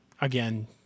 Again